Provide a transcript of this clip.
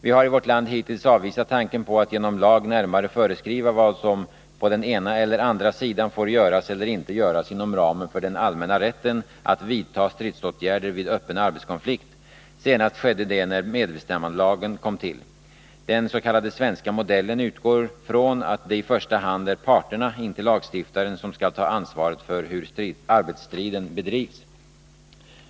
Vi har i vårt land hittills avvisat tanken på att genom lag närmare föreskriva vad som på den ena eller andra sidan får göras eller inte göras inom ramen för den allmänna rätten att vidta stridsåtgärder vid öppen arbetskonflikt. Senast skedde det när medbestämmandelagen kom till. Den s.k. svenska modellen utgår från att det i första hand är parterna — inte lagstiftaren — som skall ta ansvaret för hur arbetsstriden bedrivs.